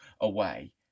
away